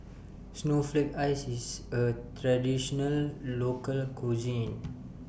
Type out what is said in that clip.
Snowflake Ice IS A Traditional Local Cuisine